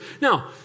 Now